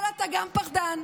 אבל אתה גם פחדן,